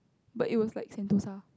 but it was like Sentosa